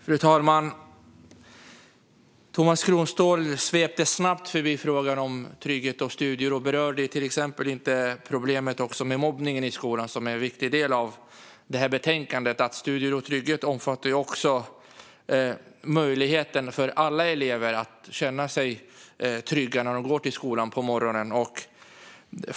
Fru talman! Tomas Kronståhl svepte snabbt förbi frågan om trygghet och studiero och berörde till exempel inte problemet med mobbning i skolan, som är en viktig del av detta betänkande. Studiero och trygghet omfattar ju också möjligheten för alla elever att känna sig trygga när de går till skolan på morgonen.